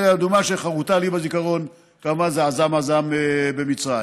הדוגמה שחרותה לי בזיכרון זה כמובן עזאם עזאם במצרים.